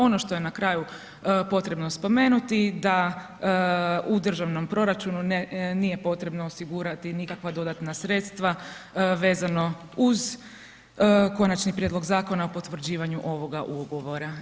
Ono što je na kraju potrebno spomenuti da u državnom proračunu nije potrebno osigurati nikakva dodatna sredstva vezano uz konačni prijedlog zakona o potvrđivanju ovoga ugovora.